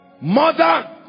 Mother